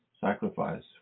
sacrifice